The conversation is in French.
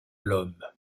l’homme